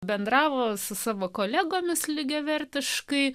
bendravo su savo kolegomis lygiavertiškai